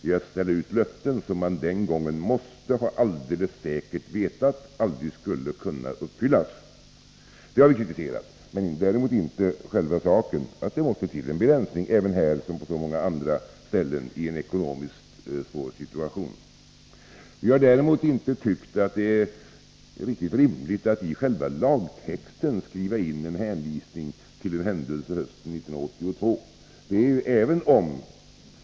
I stället ställde man ut löften som man då alldeles säkert måste ha vetat aldrig skulle kunna uppfyllas. Det har vi kritiserat, men däremot inte själva saken, att det måste till en begränsning här som på så många områden i en ekonomiskt svår situation. Vi har inte tyckt att det är riktigt rimligt att i själva lagtexten skriva in en hänvisning till en händelse hösten 1982.